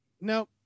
no